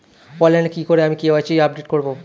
অনলাইনে কি করে আমি কে.ওয়াই.সি আপডেট করব?